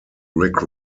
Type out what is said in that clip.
rick